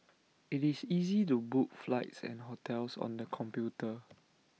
IT is easy to book flights and hotels on the computer